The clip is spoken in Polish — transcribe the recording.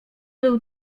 był